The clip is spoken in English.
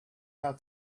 how